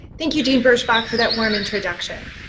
thank you, dean bierschbach, for that warm introduction.